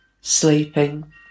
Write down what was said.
sleeping